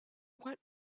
what